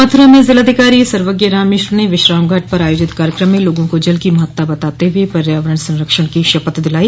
मथुरा में जिलाधिकारी सर्वज्ञराम मिश्र ने विश्राम घाट पर आयोजित कार्यक्रम में लोगों को जल की महत्ता बताते हुए पर्यावरण संरक्षण की शपथ दिलाई